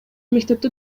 мектепти